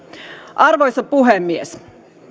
arvoisa puhemies